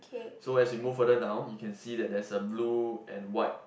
so as we move further down you can see that there's a blue and white